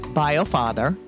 bio-father